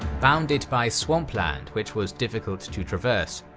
bounded by swampland which was difficult to traverse,